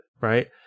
right